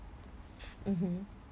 mmhmm